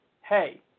hey